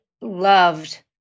loved